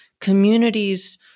communities